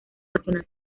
nacional